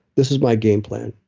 this is my game plan.